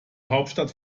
hauptstadt